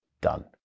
done